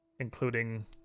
including